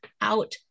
out